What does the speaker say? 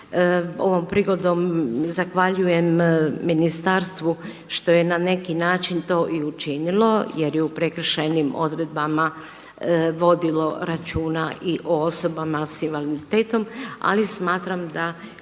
Ovom prigodom zahvaljujem ministarstvu što je na neki način to i učinilo jer je u prekršajnim odredbama vodilo računa i o osobama sa invaliditetom, ali smatram da